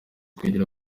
twegera